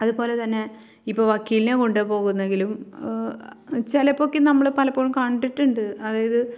അതുപോലെതന്നെ ഇപ്പോൾ വക്കീലിനെ കൊണ്ട് പോകുന്നെങ്കിലും ചിലപ്പോഴൊക്കെ നമ്മൾ പലപ്പോഴും കണ്ടിട്ടുണ്ട് അതായത്